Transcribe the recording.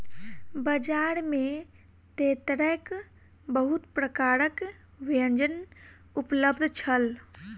बजार में तेतैरक बहुत प्रकारक व्यंजन उपलब्ध छल